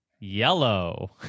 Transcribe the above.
Yellow